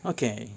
Okay